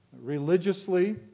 religiously